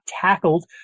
tackled